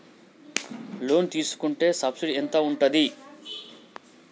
Loan తీసుకుంటే subsidy ఎంత ఉంటది?